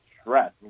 stress